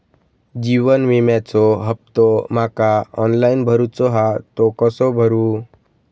जीवन विम्याचो हफ्तो माका ऑनलाइन भरूचो हा तो कसो भरू?